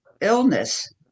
illness